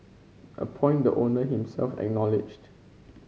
a point the owner himself acknowledged